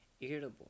irritable